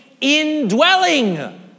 indwelling